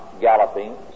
galloping